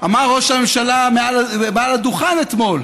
אמר ראש הממשלה מעל הדוכן אתמול: